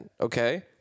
Okay